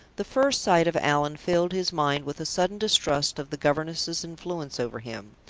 the first sight of allan filled his mind with a sudden distrust of the governess's influence over him,